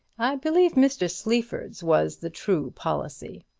i believe mr. sleaford's was the true policy.